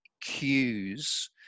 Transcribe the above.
cues